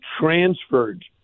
transferred